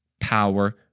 power